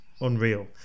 unreal